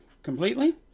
completely